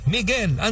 Miguel